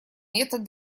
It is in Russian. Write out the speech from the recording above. метод